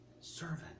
servant